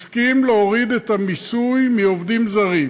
הסכים להוריד את המיסוי על עובדים זרים?